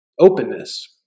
openness